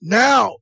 now